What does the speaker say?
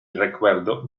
recuerdo